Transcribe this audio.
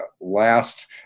last